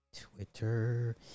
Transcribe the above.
Twitter